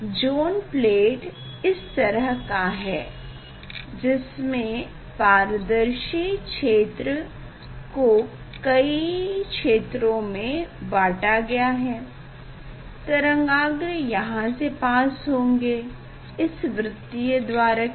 zone plate इसी तरह का है जिसमे पारदर्शी क्षेत्र को कई क्षेत्रों में बांटा गया है तरंगाग्र यहाँ से पास होंगे इस वृत्तीय द्वारक से